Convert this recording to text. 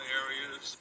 areas